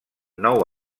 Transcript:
nou